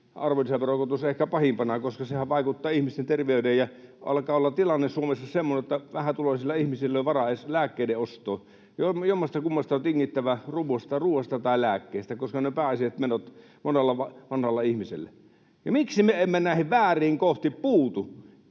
arvonlisäveron korotus ehkä pahimpana, koska sehän vaikuttaa ihmisten terveyteen — alkaa olla tilanne Suomessa semmoinen, että vähätuloisilla ihmisillä ei ole varaa edes lääkkeiden ostoon. Jommastakummasta on tingittävä, ruuasta tai lääkkeistä, koska ne ovat pääasialliset menot monella vanhalla ihmisellä. Miksi me emme näihin vääriin kohtiin puutu?